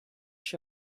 się